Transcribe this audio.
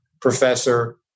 professor